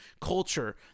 culture